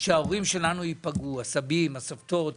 שההורים שלנו, הסבים והסבתות יפגעו.